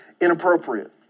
inappropriate